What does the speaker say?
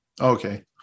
Okay